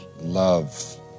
love